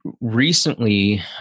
recently